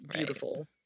beautiful